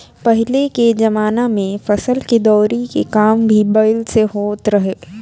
पहिले के जमाना में फसल के दवरी के काम भी बैल से होत रहे